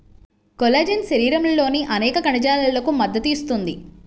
collagen శరీరంలోని అనేక కణజాలాలకు మద్దతు ఇస్తుంది